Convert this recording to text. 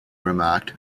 remarked